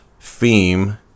theme